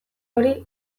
hori